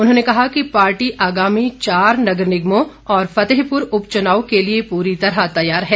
उन्होंने कहा कि पार्टी आगामी चार नगर निगमों और फतेहपुर उपचनाव के लिए पूरी तरह तैयार है